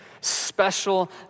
special